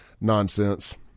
nonsense